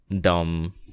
dumb